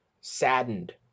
saddened